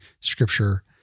Scripture